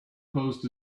post